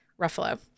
Ruffalo